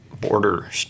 border